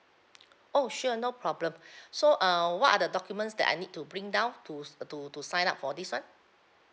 oh sure no problem so uh what are the documents that I need to bring down to s~ to to sign up for this [one]